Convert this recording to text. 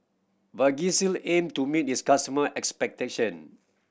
Vagisil aim to meet its customer expectation